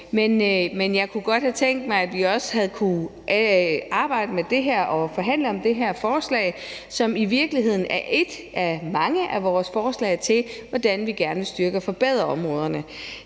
men jeg kunne godt have tænkt mig, at vi kunne have arbejdet med og forhandle om det her forslag, som i virkeligheden er et af mange af vores forslag til, hvordan vi gerne vil styrke og forbedre områderne.